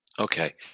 Okay